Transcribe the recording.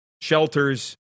shelters